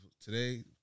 Today